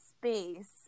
space